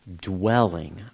dwelling